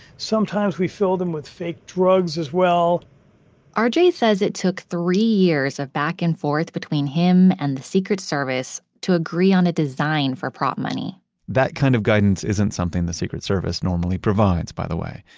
sometimes we fill them with fake drugs as well ah rj says it took three years of back and forth between him and the secret service to agree on a design for prop money that kind of guidance isn't something the secret service normally provides, by the way.